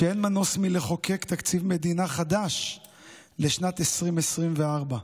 שאין מנוס מלחוקק תקציב מדינה חדש לשנת 2024,